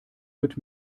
wird